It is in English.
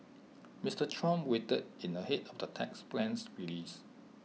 Mister Trump weighed in ahead of the tax plan's release